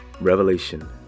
revelation